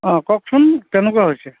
অ' কওকচোন কেনেকুৱা হৈছে